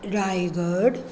Raigad